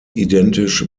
identisch